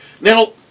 Now